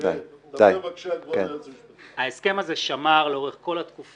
לאורך כל התקופה